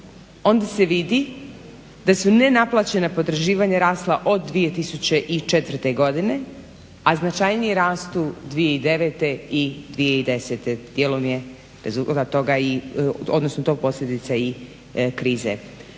onda se vidi da su nenaplaćena potraživanja rasla od 2004.godine, a značajniji rast 2009. i 2010. Dijelom je to posljedica i krize.